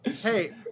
Hey